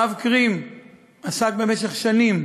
הרב קרים עסק במשך שנים